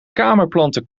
kamerplanten